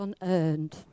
unearned